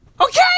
Okay